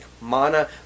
Mana